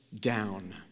down